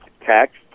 text